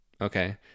Okay